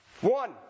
One